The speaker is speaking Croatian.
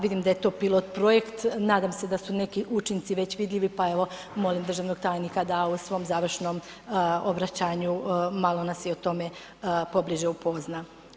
Vidim da je to pilot projekt, nadam se da su neki učinci već vidljivi pa evo molim državnog tajnika da u svom završnom obraćanju malo nas i o tome pobliže upozna.